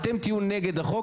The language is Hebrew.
אתם תהיו נגד החוק,